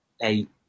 eight